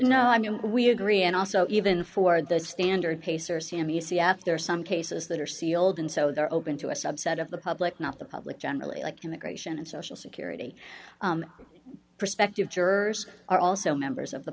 know i mean we agree and also even for the standard pacers ham e c f there are some cases that are sealed and so they're open to a subset of the public not the public generally like immigration and social security perspective jurors are also members of the